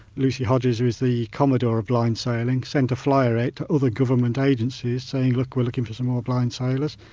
lucy hodges, who's the commodore of blind sailing, sent a flier out to other government agencies saying look, we're looking for some more blind sailors,